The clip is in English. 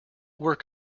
work